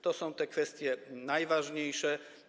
To są te kwestie najważniejsze.